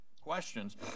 questions